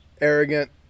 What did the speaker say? arrogant